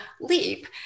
leap